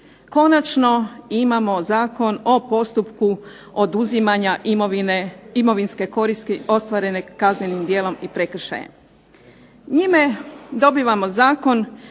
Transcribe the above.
konačno imamo Zakon o postupku oduzimanja imovinske koristi ostvarene kaznenim djelom i prekršajem. Njime dobivamo zakon